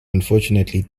unfortunately